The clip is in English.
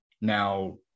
now